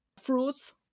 fruits